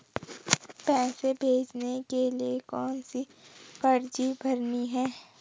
पैसे भेजने के लिए कौनसी पर्ची भरनी है?